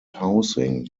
housing